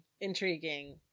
intriguing